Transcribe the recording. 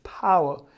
power